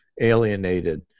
alienated